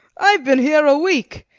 i've been here a week.